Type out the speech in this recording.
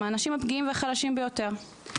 האנשים הפגיעים והחלשים ביותר הם אלו שנרמסים ומנוצלים.